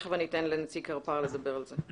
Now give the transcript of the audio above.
תיכף אני אתן לנציג קרפ"ר לדבר על זה.